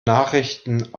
nachrichten